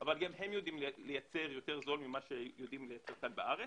אבל גם הם יודעים לייצר יותר זול ממה שיודעים לייצר כאן בארץ.